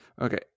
Okay